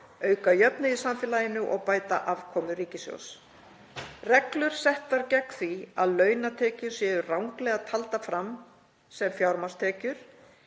auka jöfnuð í samfélaginu og bæta afkomu ríkissjóðs. Reglur settar gegn því að launatekjur séu ranglega taldar fram sem fjármagnstekjur.